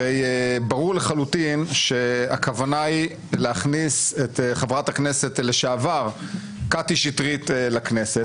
ברור לחלוטין שהכוונה היא להכניס את חברת הכנסת לשעבר קטי שטרית לכנסת,